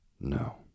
No